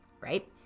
right